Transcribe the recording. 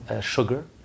sugar